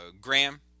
Graham